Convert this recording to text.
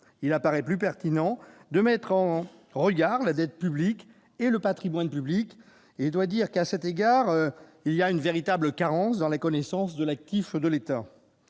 Il paraît plus pertinent de mettre en regard la dette publique et le patrimoine public ; à cet égard, il faut noter une véritable lacune dans la connaissance des actifs de l'État.